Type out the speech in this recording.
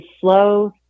slow